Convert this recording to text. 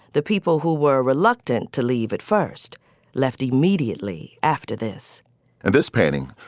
the people who were reluctant to leave it first left immediately after this and this painting,